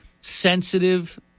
sensitive